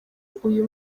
uyu